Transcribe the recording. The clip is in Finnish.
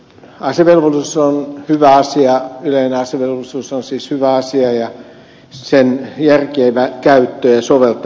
yleinen asevelvollisuus on siis hyvä asia ja sen järkevä käyttö ja soveltaminen on tietysti toivottavaa